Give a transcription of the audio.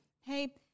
hey